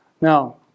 Now